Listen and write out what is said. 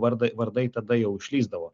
vardai vardai tada jau išlįsdavo